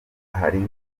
harimo